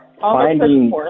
finding